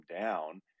down